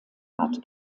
art